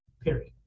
period